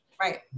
Right